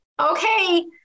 Okay